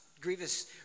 grievous